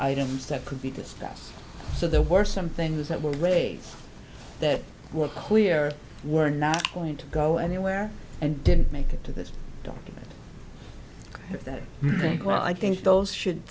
items that could be discussed so there were some things that were ways that were clear were not going to go anywhere and didn't make it to this document that we think well i think those should